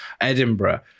edinburgh